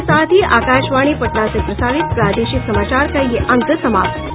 इसके साथ ही आकाशवाणी पटना से प्रसारित प्रादेशिक समाचार का ये अंक समाप्त हुआ